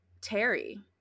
Terry